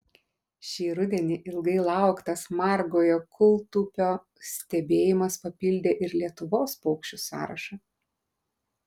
šį rudenį ilgai lauktas margojo kūltupio stebėjimas papildė ir lietuvos paukščių sąrašą